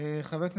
הרבה יותר